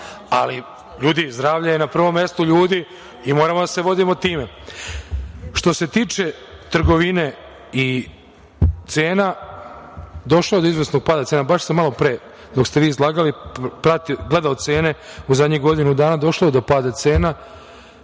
ali ljudi, zdravlje je na prvom mestu ljudi i moramo da se vodimo time. Što se tiče trgovine i cena, došlo je do izvesnog pada cena. Baš sam malopre dok ste vi izlagali gledao cene. U zadnjih godinu dana došlo je do pada cena